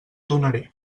donaré